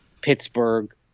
Pittsburgh